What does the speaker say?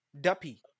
Duppy